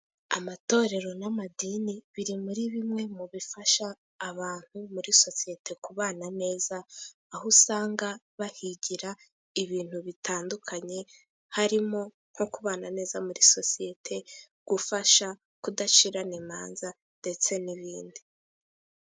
Amatorero n'amadini biri muri bimwe mu bifasha abantu muri sosiyete kubana neza, aho usanga bahigira ibintu bitandukanye harimo :nko kubana neza muri sosiyete , gufasha, kudacirana imanza ndetse n'ibindi.